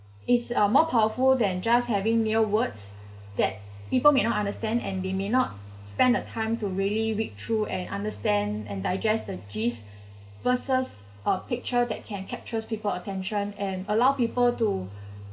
is uh more powerful than just having mere words that people may not understand and they may not spend the time to really read through and understand and digest the gist versus a picture that can captures people attention and allow people to